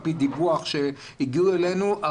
על פי דיווח שהגיע אלינו,